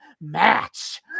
match